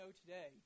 today